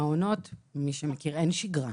במעונות אין שגרה.